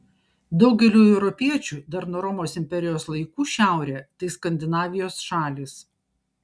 daugeliui europiečių dar nuo romos imperijos laikų šiaurė tai skandinavijos šalys